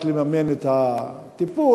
רק לממן את הטיפול,